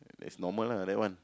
is normal lah that one